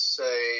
say